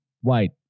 white